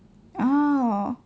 oh